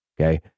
Okay